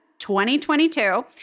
2022